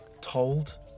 told